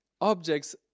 objects